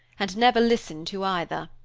and never listen to either.